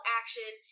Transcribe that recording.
action